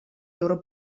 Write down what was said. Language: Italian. loro